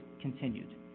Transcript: continued